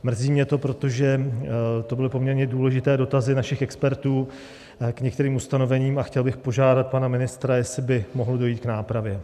Mrzí mě to, protože to byly poměrně důležité dotazy našich expertů k některým ustanovením, a chtěl bych požádat pana ministra, jestli by mohlo dojít k nápravě.